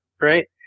right